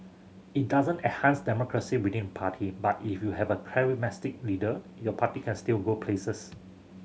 it doesn't enhance democracy within party but if you have a charismatic leader your party can still go places